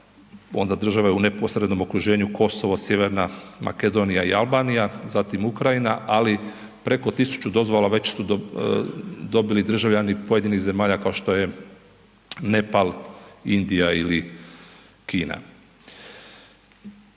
onda države u neposrednom okruženju, Kosovo, Sjeverna Makedonija i Albanija, zatim Ukrajina, ali, preko 1000 dozvola već su dobili državljani pojedinih zemalja kao što je Nepal, Indija ili Kina.